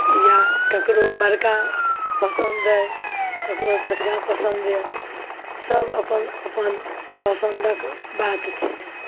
या ककरो बड़का पसन्द अइ ककरो छोटका पसन्द यऽ सब अपन अपन पसन्दक बात छियै